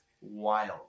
wild